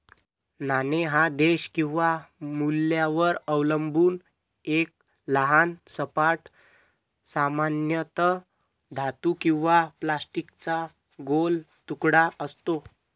नाणे हा देश किंवा मूल्यावर अवलंबून एक लहान सपाट, सामान्यतः धातू किंवा प्लास्टिकचा गोल तुकडा असतो